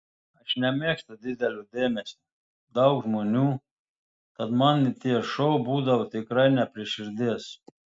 aš nemėgstu didelio dėmesio daug žmonių tad man tie šou būdavo tikrai ne prie širdies